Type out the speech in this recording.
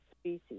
species